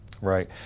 Right